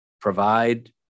provide